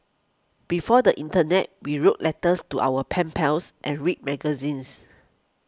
before the internet we wrote letters to our pen pals and read magazines